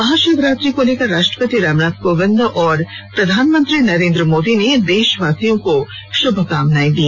महाशिवरात्रि को लेकर राष्ट्रपति रामनाथ कोविंद और प्रधानमंत्री नरेंद्र मोदी ने देशवासियों को शुभकामनाएं दी